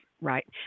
right